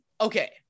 okay